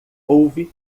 houve